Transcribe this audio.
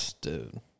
Dude